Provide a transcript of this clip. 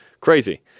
crazy